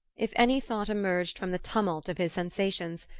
if any thought emerged from the tumult of his sensations,